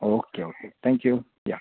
okay okay thank you या